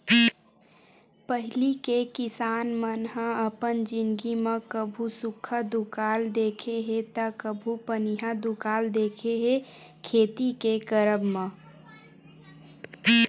पहिली के किसान मन ह अपन जिनगी म कभू सुक्खा दुकाल देखे हे ता कभू पनिहा दुकाल देखे हे खेती के करब म